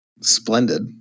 Splendid